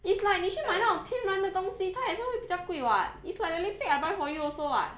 it's like 你去买那种天然的东西它也是会比较贵 [what] it's like your lipstick I buy for you also [what]